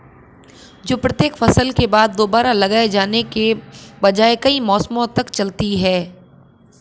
जो प्रत्येक फसल के बाद दोबारा लगाए जाने के बजाय कई मौसमों तक चलती है